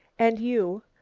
and you?